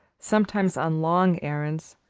sometimes on long errands,